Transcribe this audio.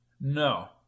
No